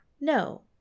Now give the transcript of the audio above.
no